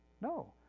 No